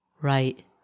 Right